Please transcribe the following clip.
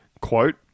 Quote